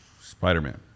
Spider-Man